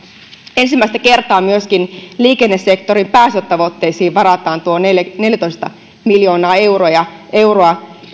ensimmäistä kertaa myöskin liikennesektorin päästötavoitteisiin varataan tuo neljätoista miljoonaa euroa